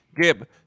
Gib